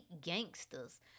gangsters